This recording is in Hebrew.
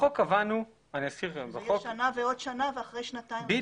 שנה ועוד שנה ואחרי שנתיים.